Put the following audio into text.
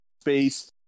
space